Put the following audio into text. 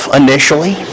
initially